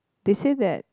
they say that